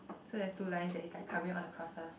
so there's two line that is like covering all the crossters